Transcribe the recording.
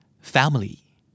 family